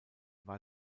war